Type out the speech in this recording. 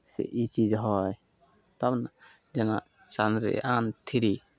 से ई चीज हइ तब ने जेना चन्द्रयान थ्री